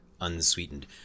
unsweetened